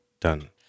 done